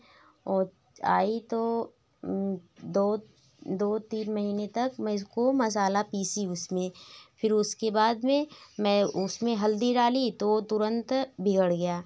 औ आई तो दो दो तीन महीने तक मैं इसको मसाला पीसी उसमें फिर उसके बाद में मैं उसमें हल्दी डाली तो वह तुरंत बिगड़ गया